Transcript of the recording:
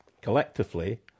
collectively